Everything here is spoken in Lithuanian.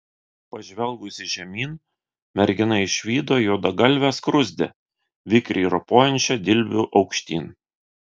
pažvelgusi žemyn mergina išvydo juodagalvę skruzdę vikriai ropojančią dilbiu aukštyn